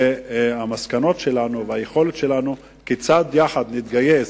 אדוני, אבל אני מציע שנגיע למסקנות כיצד להתגייס,